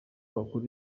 abakuru